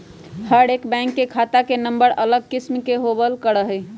हर एक बैंक के खाता के नम्बर अलग किस्म के होबल करा हई